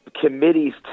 committees